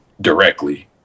directly